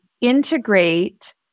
integrate